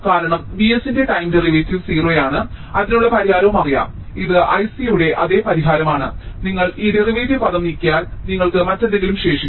കാരണം Vs ന്റെ time derivative 0 ആണ് അതിനുള്ള പരിഹാരവും ഞങ്ങൾക്കറിയാം ഇത് Ic യുടെ അതേ പരിഹാരമാണ് നിങ്ങൾ ഈ ഡെറിവേറ്റീവ് പദം നീക്കം ചെയ്താൽ നിങ്ങൾക്ക് മറ്റെന്തെങ്കിലും ശേഷിക്കും